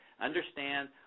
understand